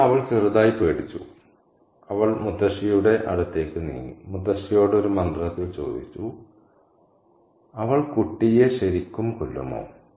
അതിനാൽ അവൾ ചെറുതായി പേടിച്ചു അവൾ മുത്തശ്ശിയുടെ അടുത്തേക്ക് നീങ്ങി മുത്തശ്ശിയോട് ഒരു മന്ത്രത്തിൽ ചോദിച്ചു അവൾ കുട്ടിയെ ശരിക്കും കൊല്ലുമോ